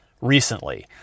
recently